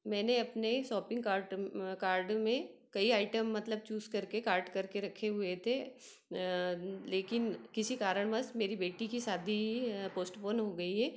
मैंने अपने shopping cart card में कई आइटम मतलब चूज़ करके कार्ट करके रखे हुए थे लेकिन किसी कारणवश मेरी बेटी की शादी पोस्टपोन हो गई है